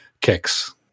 kicks